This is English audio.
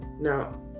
now